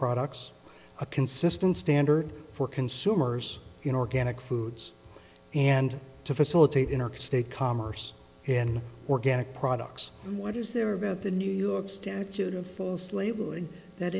products a consistent standard for consumers in organic foods and to facilitate interstate commerce and organic products what is there about the new york statute in force labeling that